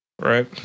right